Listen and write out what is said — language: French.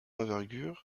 envergure